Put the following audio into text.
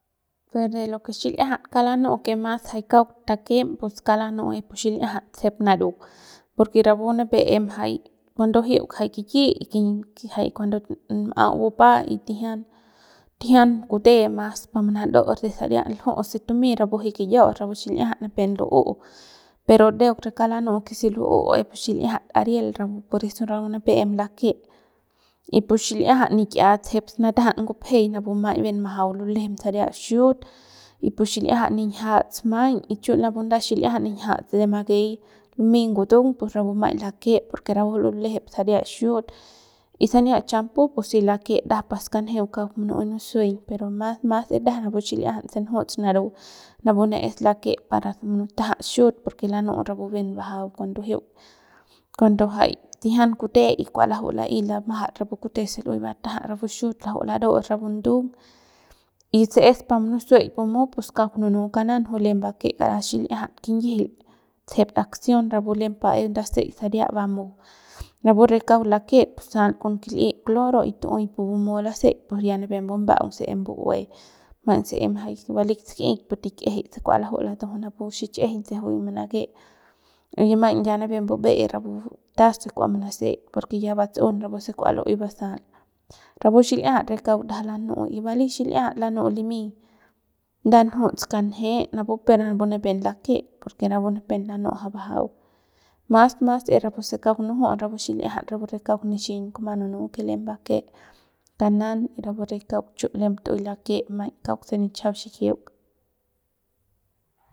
Y lo que xil'iajat kauk lanu'u que mas kauk takem pus kauk lanu'u es pu xil'iajat tsejep naru porque rapu nipep em jay cuando jiuk jay kiki jay cuando m'au bupay tijian tijian kute mas pa manarauts re saria lju'u se tumey rapu jiuk kiyiauts rapu xil'iajan nipep lu'hu pero ndeuk pu kauk lanu'u que si lu'hu es pu xil'iajat ariel por eso rapu nipep em lake pu xilꞌiajat nik'ia tsejep snatajan ngupjey napu maiñ bien majau lulejem saria xiut y pu xil'iajan ninjiats maiñ y chiu maiñ pu nda xil'iajan ninjiats de makey lumey ngutung pus napu maiñ lake porque rapu lulejep saria xiut y sania champu pus si lake ndajap pa skanjeuk kauk munu'uey nusueiñ pero mas mas es ndajap napu xil'iajan se njuts naru napu ne es lake para munutajat xiut porque lanu'u rapu bien bajau cuando jiuk cuando jay tijian kute y kua laju'u la'ey lamajats rapu kute se lu'uey batajat rapu xiut laju'u larauts rapu ndung y es pa munusueik bumu pus kauk nunu kanan juy lem bake kara xil'iajan kinyijil tsejep axion rapu lem pa es ndaseik saria bumu rapu re kauk lake tusal con kil'i cloro con tu'uey pu bamu laseik y ya nipep mbubaung si em bu'uey maiñ si em baleik ski'ik pus tik'ijiy se kua laju'u lataun rapu pu xich'ijiñ se juy manake y maiñ ya nipep mbube'e rapu tas se kua manaseik porque ya batsun rapu se kua lu'uey basal rapu xil'iajat re kauk ndajap lanu'u bali xil'iajat lanu'u limi nda njuts kanje napu per napu nipep lake porque napu nipep lanu'u ja bajau mas mas es rapu se kauk nujut rapu xil'iajat rapu re kauk nixiñ kuma nunu que lem labe kanan y rapu re kauk chu lem tu'uey lake maiñ kauk se nichiajau xikiuk.